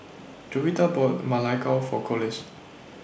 Jovita bought Ma Lai Gao For Collis